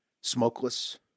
Smokeless